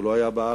הוא לא היה בארץ,